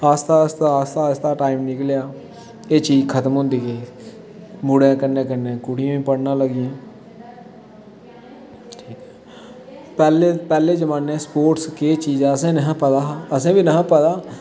आस्तै आस्तै आस्तै टाईम निकलेआ एह् चीज खत्म होंदी गेई मुड़ें दे कन्नै कन्नै कुड़ियां बी पढ़ना लगियां पैह्ले जमाने स्पोर्टस केह् चीज ऐ असें निं हा पता असें बी नेईं हा पता